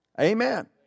Amen